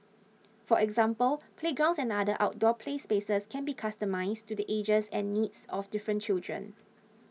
for example playgrounds and other outdoor play spaces can be customised to the ages and needs of different children